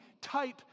type